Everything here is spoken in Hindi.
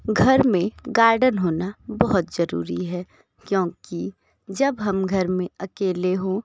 घर में गार्डन होना बहुत जरूरी है क्योंकि जब हम घर में अकेले हों